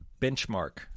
Benchmark